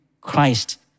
Christ